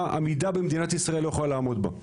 עמידה במדינת ישראל לא יכולה לעמוד בה.